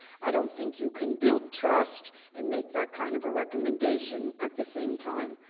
i don't think you can build trust and make that kind of a recommendation at the same time.